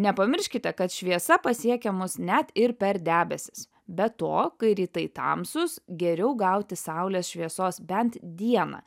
nepamirškite kad šviesa pasiekia mus net ir per debesis be to kai rytai tamsūs geriau gauti saulės šviesos bent dieną